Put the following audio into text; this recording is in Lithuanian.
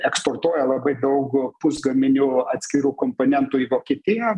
eksportuoja labai daug pusgaminių atskirų komponentų į vokietiją